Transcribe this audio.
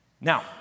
Now